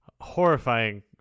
horrifying